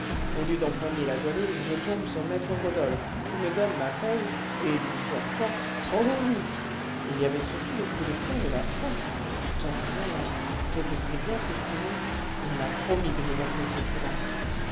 au lieu d'empoigner la goualeuse je tombe sur maître rodolphe qui me donne ma paye et d'une fière force oh oui il y avait surtout les coups de poing de la fin tonnerre cétait il bien festonné il m'a promis de me montrer ce coup-là